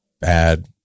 bad